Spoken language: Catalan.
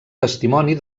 testimoni